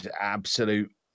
absolute